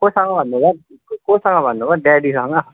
कोसँग भन्नुभयो कोसँग भन्नुभयो ड्याडीसँग